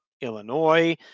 Illinois